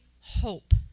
hope